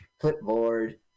Clipboard